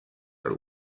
are